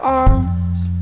arms